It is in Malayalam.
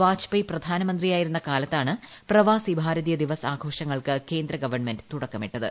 വാജ്പേയി പ്രധാനമന്ത്രിയായിരുന്ന കാലത്താണ് പ്രവാസി ഭാരതീയ ദിവസ് ആഘോഷങ്ങൾക്ക് കേന്ദ്ര ഗവൺമെന്റ് തുടക്കമിട്ടത്